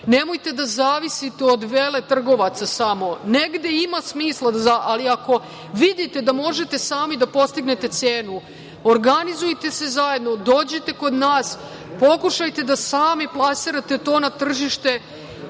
nemojte da zavisite od veletrgovaca samo. Negde ima smisla, ali ako vidite da možete sami da postignete cenu, organizujte se zajedno, dođite kod nas, pokušajte da sami plasirate to na tržište